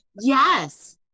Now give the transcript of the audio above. Yes